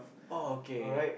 okay